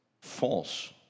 false